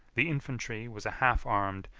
the infantry was a half-armed,